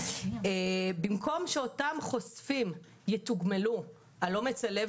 במקום שאותם חושפים יתוגמלו על אומץ הלב